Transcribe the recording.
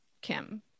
Kim